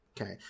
Okay